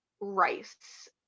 rice